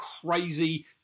crazy